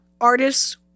artists